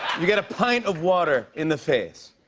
you get a pint of water in the face,